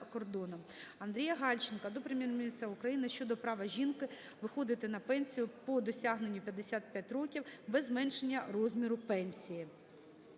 Андрія Гальченка до Прем'єр-міністра України щодо права жінок виходити на пенсію по досягненню 55 років без зменшення розміру пенсії.